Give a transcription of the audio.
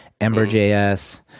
Ember.js